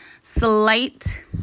slight